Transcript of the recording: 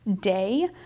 day